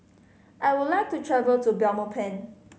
I would like to travel to Belmopan